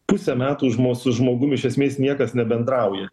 pusę metų žmo su žmogum iš esmės niekas nebendrauja